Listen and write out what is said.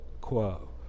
quo